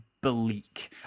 bleak